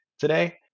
today